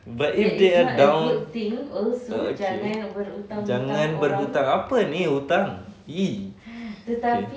but if they are down err okay jangan berhutang ape ni hutang !ee! okay